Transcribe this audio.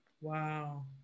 Wow